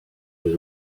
was